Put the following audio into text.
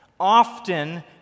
often